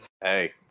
Hey